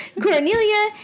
Cornelia